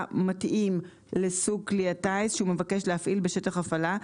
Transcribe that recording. מתאים לסוג כלי הטיס שהוא מבקש להפעיל בשטח הפעלה,